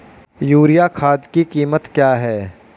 Urea खाद की कीमत क्या है?